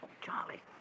Charlie